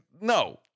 No